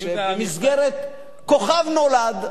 שכמו "כוכב נולד"